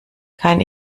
kann